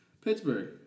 Pittsburgh